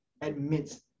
admits